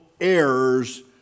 errors